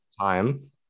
time